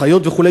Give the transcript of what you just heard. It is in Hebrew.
אחיות וכו',